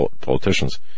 politicians